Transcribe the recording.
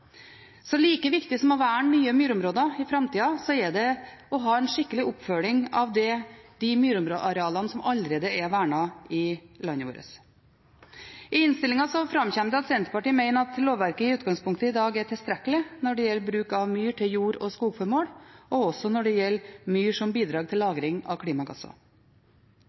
Så like viktig som å verne nye myrområder i framtida, er det å ha en skikkelig oppfølging av de myrarealene som allerede er vernet i landet vårt. I innstillingen framkommer det at Senterpartiet mener at lovverket i dag i utgangspunktet er tilstrekkelig når det gjelder bruk av myr til jord- og skogformål, og også når det gjelder myr som bidrag til lagring av klimagasser.